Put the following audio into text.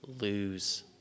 lose